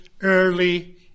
early